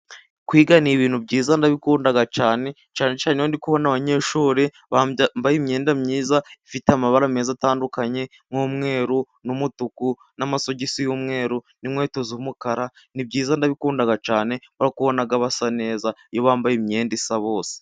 Kwiga ni ibintu byiza ndabikunda cyane. Iyo ndi kubona abanyeshuri bambaye imyenda myiza, ifite amabara meza atandukanye nku'mweru, n'umutuku, na'amasogisi yumweru, n'inkweto z'umukara, ni byiza ndabikunda cyane. Ubona basa neza iyo bambaye imyenda isa bose.